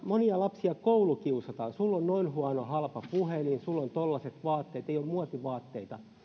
monia lapsia koulukiusataan sulla on noin huono halpa puhelin sulla on tollaset vaatteet ei oo muotivaatteita